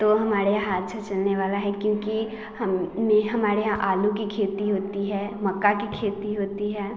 तो हमारे यहाँ अच्छा चलने वाला है क्योंकि हम में हमारे यहाँ आलू की खेती होती है मक्का की खेती होती है